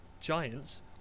giants